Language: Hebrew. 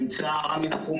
נמצא רמי נחום,